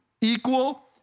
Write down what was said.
equal